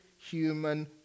human